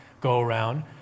go-around